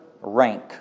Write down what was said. rank